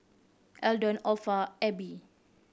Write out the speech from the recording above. Eldon Orpha